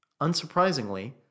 Unsurprisingly